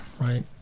Right